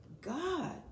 God